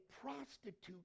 prostitute